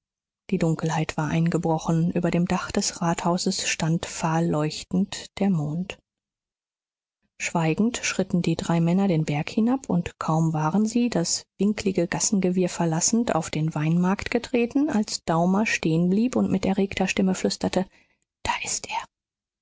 die dunkelheit war eingebrochen über dem dach des rathauses stand fahlleuchtend der mond schweigend schritten die drei männer den berg hinab und kaum waren sie das winklige gassengewirr verlassend auf den weinmarkt getreten als daumer stehenblieb und mit erregter stimme flüsterte da ist er